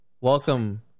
Welcome